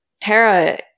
Tara